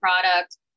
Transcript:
product